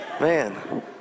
Man